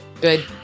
good